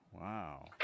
Wow